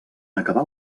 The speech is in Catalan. acabar